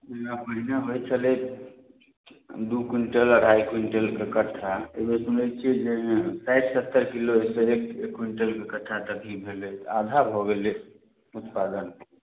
पहिने होइ छलै दू क्विंटल अढ़ाइ क्विंटलके कट्ठा अइबेर सुनै छियै जे साठि सत्तर किलो तक हेतै एक क्विंटलके कट्ठा ही भेलै तऽ आधा भऽ गेलै उत्पादन